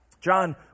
John